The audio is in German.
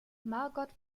margot